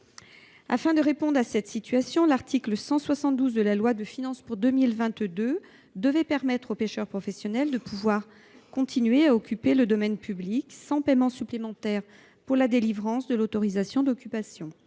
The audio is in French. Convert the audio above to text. Afin de remédier à cette difficulté, l’article 172 de la loi du 30 décembre 2021 de finances pour 2022 devait permettre aux pêcheurs professionnels de pouvoir continuer à occuper le domaine public sans paiement supplémentaire pour la délivrance de l’autorisation d’occupation